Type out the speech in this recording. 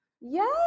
Yes